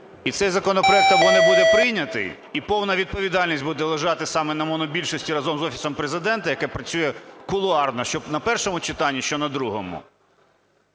І цей законопроект або не буде прийнятий, і повна відповідальність буде лежати саме на монобільшості разом з Офісом Президента, яке працює кулуарно, що на першому читанні, що на другому,